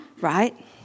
right